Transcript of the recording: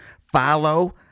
Follow